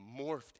morphed